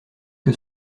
que